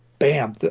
Bam